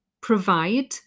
provide